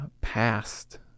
past